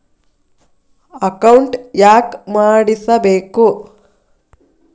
Account ಯಾಕ್ ಮಾಡಿಸಬೇಕು?